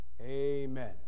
Amen